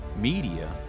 media